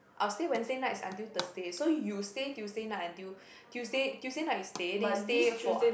I'll stay Wednesday nights until Thursday so you stay Tuesday night until Tuesday Tuesday night you stay then you stay for